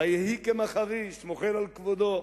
ויהי כמחריש, מוחל על כבודו.